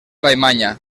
vallmanya